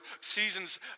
seasons